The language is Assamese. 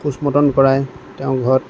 পষ্টমৰ্টেম কৰাই তেওঁক ঘৰত